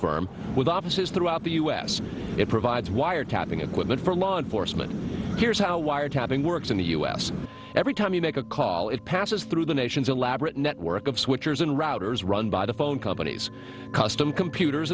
firm with offices throughout the u s it provides wiretapping equipment for law enforcement here's how wiretapping works in the u s every time you make a call it passes through the nation's elaborate network of switchers and routers run by the phone companies custom computers